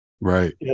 Right